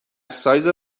سایز